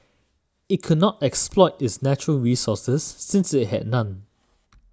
it could not exploit its natural resources since it had none